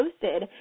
posted